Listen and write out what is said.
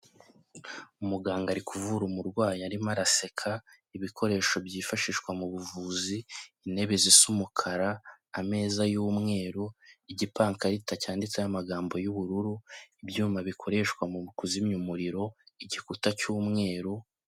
Umuganga ari kuvura umurwayi arimo araseka, ibikoresho byifashishwa mu buvuzi, intebe zisa umukara, ameza y'umweru igipankarita cyanditseho amagambo y'ubururu, ibyuma bikoreshwa mu kuzimya umuriro, igikuta cy'umweru.